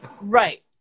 right